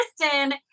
Kristen